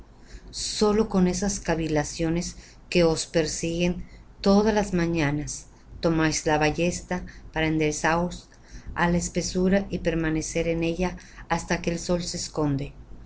sólo con esas cavilaciones que os persiguen todas las mañanas tomáis la ballesta para enderezaros á la espesura y permanecer en ella hasta que el sol se esconde